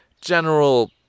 General